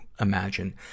imagine